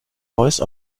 voice